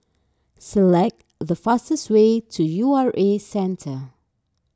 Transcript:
select the fastest way to U R A Centre